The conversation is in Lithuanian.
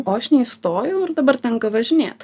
o aš neįstojau ir dabar tenka važinėt